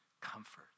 comfort